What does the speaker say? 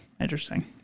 interesting